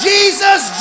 Jesus